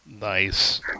Nice